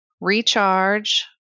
recharge